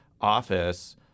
office